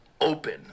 open